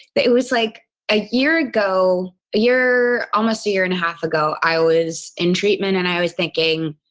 it was like a year ago. a year, almost a year and a half ago, i was in treatment and i was thinking,